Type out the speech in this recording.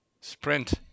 sprint